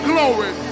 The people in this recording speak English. Glory